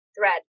thread